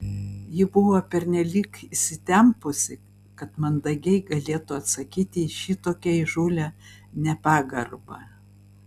ji buvo pernelyg įsitempusi kad mandagiai galėtų atsakyti į šitokią įžūlią nepagarbą